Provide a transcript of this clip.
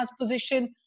position